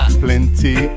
plenty